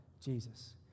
Jesus